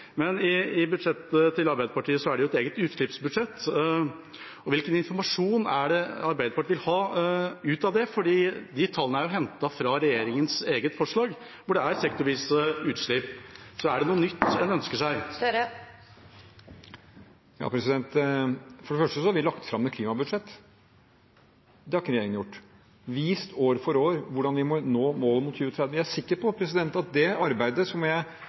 Men i Arbeiderpartiets budsjett er det et eget utslippsbudsjett, og hvilken informasjon er det Arbeiderpartiet vil ha ut av det? For de tallene er hentet fra regjeringas eget forslag hvor det er sektorvise utslipp. Er det noe nytt en ønsker seg? For det første har vi lagt fram et klimabudsjett – det har ikke denne regjeringen gjort – og vist år for år hvordan vi må nå målet mot 2030. Jeg er sikker på at det arbeidet,